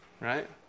right